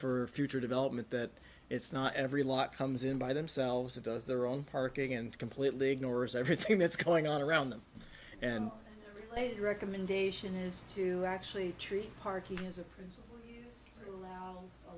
for future development that it's not every lot comes in by themselves that does their own parking and completely ignores everything that's going on around them and a recommendation is to actually treat parking as i